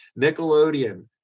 nickelodeon